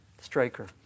striker